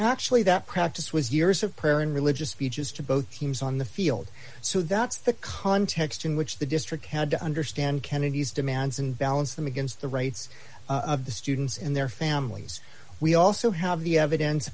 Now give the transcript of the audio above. actually that practice was years of prayer and religious speeches to both teams on the field so that's the context in which the district had to understand kennedy's demands and balance them against the rights of the students and their families we also have the evidence